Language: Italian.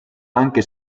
anche